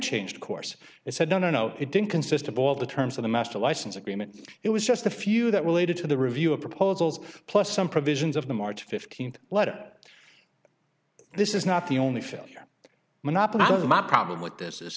changed course and said no no no it didn't consist of all the terms of the master license agreement it was just a few that related to the review of proposals plus some provisions of the march fifteenth letter this is not the only failure monopolism a problem with this is